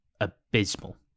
abysmal